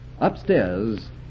Upstairs